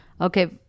okay